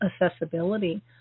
accessibility